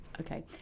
Okay